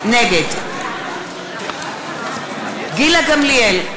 נגד גילה גמליאל,